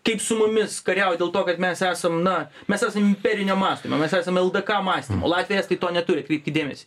kaip su mumis kariauja dėl to kad mes esam na mes esam imperinio mąstymo mes esam ldk mąstymo latviai estai to neturi atkreipkit dėmesį